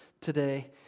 today